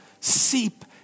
seep